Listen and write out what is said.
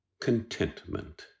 contentment